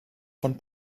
von